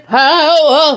power